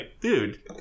dude